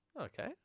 Okay